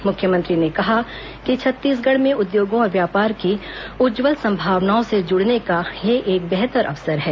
मुख्यमंत्री ने कहा कि छत्तीसगढ़ में उद्योगों और व्यापार की उज्जवल संभावनाओं से जुड़ने का यह एक बेहतर अवसर है